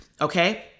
okay